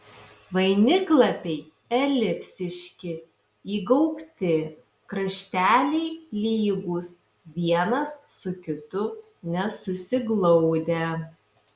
vainiklapiai elipsiški įgaubti krašteliai lygūs vienas su kitu nesusiglaudę